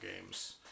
games